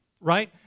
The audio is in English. right